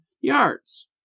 yards